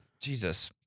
Jesus